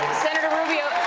senator rubio,